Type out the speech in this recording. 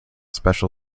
special